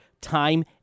time